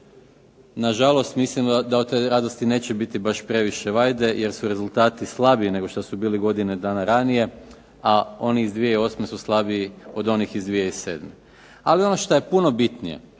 Na žalost, mislim da od te radosti neće biti previše vajde jer su rezultati slabiji nego što su bili godinu dana ranije, a oni od 2008. su slabiji od onih iz 2007. ali ono što je puno bitnije,